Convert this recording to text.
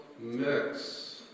mix